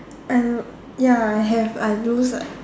and ya I have I lose what